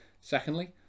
secondly